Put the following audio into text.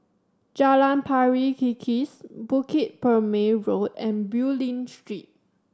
Jalan Pari Kikis Bukit Purmei Road and Bulim Street